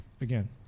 Again